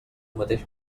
mateix